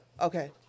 Okay